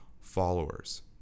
followers